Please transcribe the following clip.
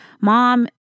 Mom